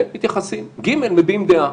ב' מתייחסים, ג' מביעים דעה.